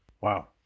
Wow